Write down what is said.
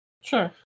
Sure